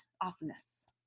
awesomeness